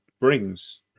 brings